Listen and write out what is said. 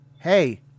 hey